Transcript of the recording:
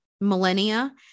millennia